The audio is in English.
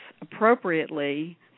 appropriately